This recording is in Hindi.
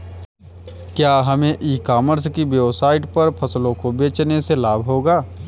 क्या हमें ई कॉमर्स की वेबसाइट पर फसलों को बेचने से लाभ होगा?